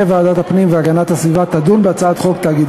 ועדת הכנסת קבעה את הוועדות לדיון בהצעות החוק האלה